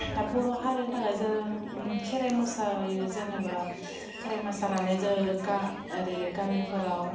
दा बर' हारिनि थाखाय जों खेराइ मोसायो जेनेबा खेराइ मोसानानै जों आरो गामिफोराव